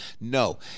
No